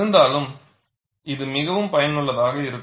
இருந்தாலும் இது மிகவும் பயனுள்ளதாக இருக்கும்